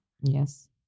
yes